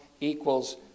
equals